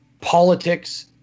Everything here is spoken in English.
politics